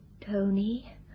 Tony